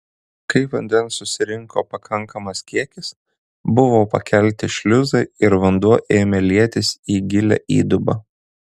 kai vandens susirinko pakankamas kiekis buvo pakelti šliuzai ir vanduo ėmė lietis į gilią įdubą